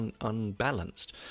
unbalanced